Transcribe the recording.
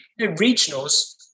regionals